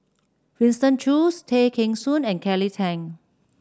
Winston Choos Tay Kheng Soon and Kelly Tang